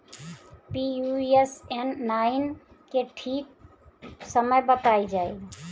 Pusa nine के ठीक समय बताई जाई?